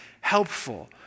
helpful